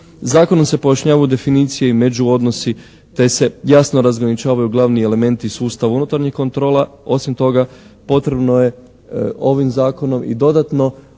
Zakonom se pojašnjavaju definicije i međuodnosi te se jasno razgraničavaju glavni elementi sustava unutarnjih kontrola. Osim toga potrebno je ovim zakonom i dodatno